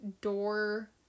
door